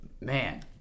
Man